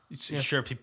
Sure